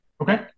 Okay